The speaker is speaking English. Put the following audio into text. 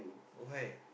why